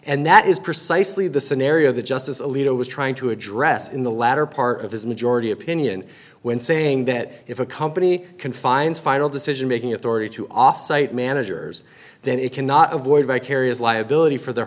and that is precisely the scenario that justice alito was trying to address in the latter part of his majority opinion when saying that if a company confines final decision making authority to off site managers then it cannot avoid vicarious liability for the